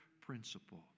principle